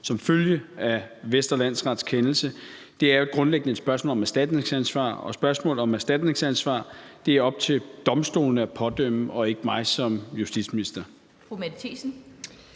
som følge af Vestre Landsrets kendelse er grundlæggende et spørgsmål om erstatningsansvar, og spørgsmål om erstatningsansvar er det op til domstolene at pådømme og ikke mig som justitsminister.